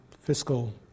fiscal